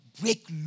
break